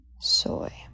soy